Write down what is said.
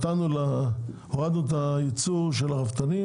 --- נניח שהורדנו את היצור של הרפתנים,